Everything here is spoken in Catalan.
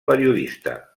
periodista